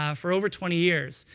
um for over twenty years.